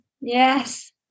Yes